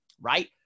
right